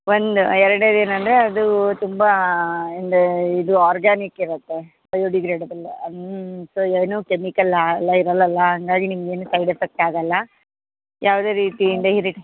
ಒಂದು ಎರಡನೇದು ಏನಂದರೆ ಅದು ತುಂಬ ಅಂದರೆ ಇದು ಆರ್ಗ್ಯಾನಿಕ್ ಇರುತ್ತೆ ಬಯೋಡಿಗ್ರೇಡೇಬಲ್ ಅನ್ ಸೊ ಏನೂ ಕೆಮಿಕಲ್ ಎಲ್ಲ ಇರಲ್ವಲ್ಲ ಹಂಗಾಗಿ ನಿಮ್ಗೆ ಏನೂ ಸೈಡ್ ಎಫೆಕ್ಟ್ ಆಗೋಲ್ಲ ಯಾವುದೇ ರೀತಿಯಿಂದ ಇರಿಟೇಟ್